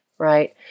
right